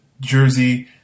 jersey